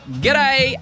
G'day